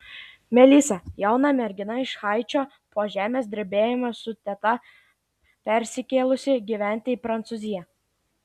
melisa jauna mergina iš haičio po žemės drebėjimo su teta persikėlusi gyventi į prancūziją